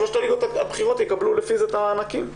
שלוש הליגות הבכירות יקבלו לפי זה את המענקים.